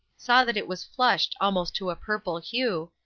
saw that it was flushed almost to a purple hue,